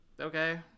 Okay